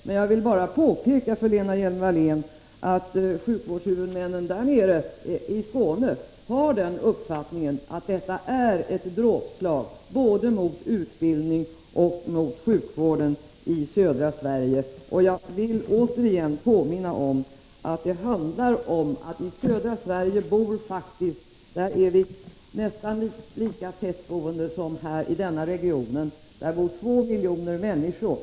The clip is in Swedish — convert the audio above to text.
Men jag vill bara påpeka för Lena Hjelm-Wallén att sjukvårdshuvudmännen i Skåne har uppfattningen att detta är ett dråpslag både mot utbildningen och mot sjukvården i södra Sverige. Och jag vill återigen påminna om att det handlar om att vi i södra Sverige faktiskt är nästan lika tätt boende som i denna region. Vi är 2 miljoner som bor där.